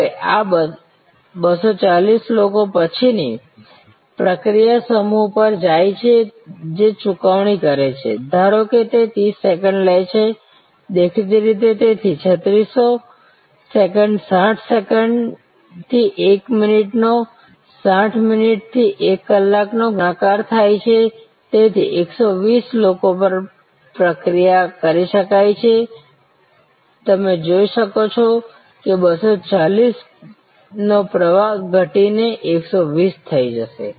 હવે આ 240 લોકો પછીની પ્રક્રિયા સમૂહ પર જાય છે જે ચુકવણી કરે છે ધારો કે તે 30 સેકન્ડ લે છે દેખીતી રીતે તેથી 3600 સેકન્ડ 60 સેકન્ડથી એક મિનિટનો 60 મિનિટથી એક કલાકનો ગુણાકાર થાય છે તેથી 120 લોકો પર પ્રક્રિયા કરી શકાય છે તમે જોઈ શકો છો કે 240 નો પ્રવાહ હવે ઘટીને 120 થઈ જશે